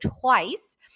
twice